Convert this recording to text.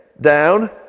down